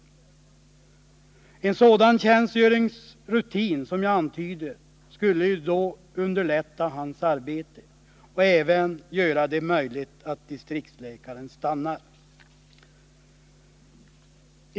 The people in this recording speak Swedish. Om man införde en sådan tjänstgöringsrutin som jag antydde skulle distriktsläkarens arbete underlättas och man skulle också göra det möjligt för honom att stanna.